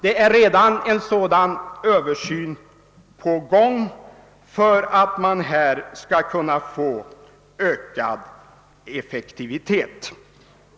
En sådan översyn är redan på sång för att man skall kunna uppnå ökad effektivitet.